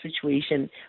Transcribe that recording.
situation